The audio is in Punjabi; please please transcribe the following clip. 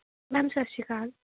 ਮੈਮ ਸਤਿ ਸ਼੍ਰੀ ਅਕਾਲ